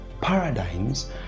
Paradigms